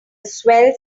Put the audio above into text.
swell